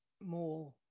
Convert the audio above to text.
more